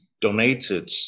donated